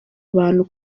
abantu